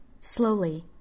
Slowly